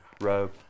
robe